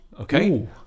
okay